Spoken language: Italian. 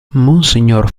monsignor